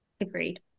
agreed